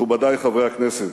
מכובדי חברי הכנסת,